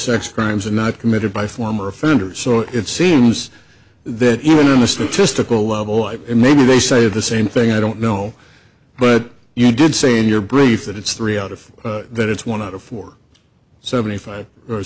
sex crimes are not committed by former offenders so it seems that even the statistical level i remember they say the same thing i don't know but you did say in your brief that it's three out of that it's one out of four seventy five or